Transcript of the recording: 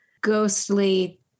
ghostly